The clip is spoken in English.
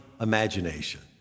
imagination